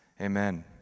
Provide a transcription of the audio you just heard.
Amen